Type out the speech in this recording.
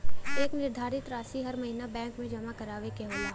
एक निर्धारित रासी हर महीना बैंक मे जमा करावे के होला